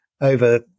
over